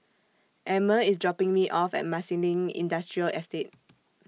Emmer IS dropping Me off At Marsiling Industrial Estate